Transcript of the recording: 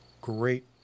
great